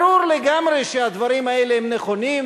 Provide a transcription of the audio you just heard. ברור לגמרי שהדברים האלה הם נכונים,